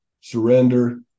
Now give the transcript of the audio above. surrender